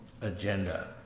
agenda